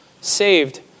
saved